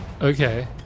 okay